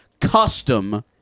custom